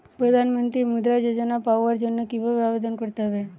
প্রধান মন্ত্রী মুদ্রা যোজনা পাওয়ার জন্য কিভাবে আবেদন করতে হবে?